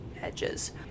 edges